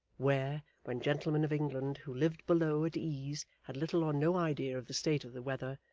where, when gentlemen of england who lived below at ease had little or no idea of the state of the weather,